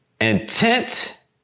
Intent